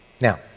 Now